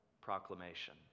proclamation